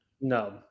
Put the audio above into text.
No